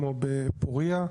כמו בפורייה,